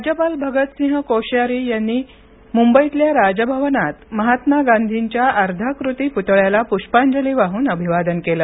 राज्यपाल भगतसिंह कोश्यारी यांनी मुंबईतल्या राजभवनात महात्मा गांधींच्या अर्धाकृती पुतळ्याला पुष्पांजली वाह्न अभिवादन केले